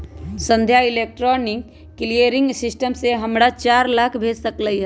संध्या electronic clearing system से हमरा चार लाख भेज लकई ह